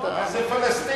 מה זה פלסטיני?